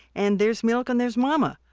and there's milk and there's mama.